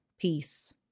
peace